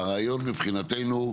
הרעיון מבחינתנו,